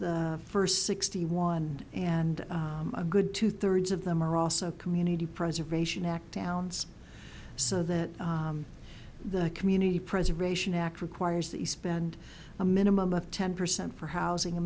first sixty one and a good two thirds of them are also community preservation act downs so that the community preservation act requires that you spend a minimum of ten percent for housing a